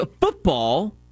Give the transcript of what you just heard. football